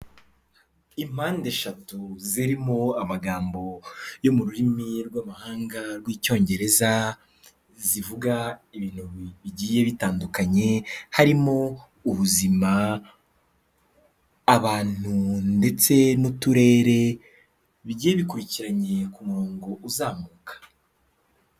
Impande eshatu zirimo amagambo yo mu rurimi rw'amahanga rw'Icyongereza, zivuga ibintu bigiye bitandukanye, harimo ubuzima, abantu ndetse n'uturere bigiye bikurikiranye ku murongo uzamuka.